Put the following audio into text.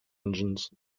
engines